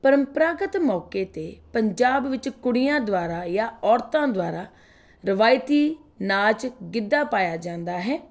ਪਰੰਪਰਾਗਤ ਮੌਕੇ 'ਤੇ ਪੰਜਾਬ ਵਿੱਚ ਕੁੜੀਆਂ ਦੁਆਰਾ ਜਾਂ ਔਰਤਾਂ ਦੁਆਰਾ ਰਵਾਇਤੀ ਨਾਚ ਗਿੱਧਾ ਪਾਇਆ ਜਾਂਦਾ ਹੈ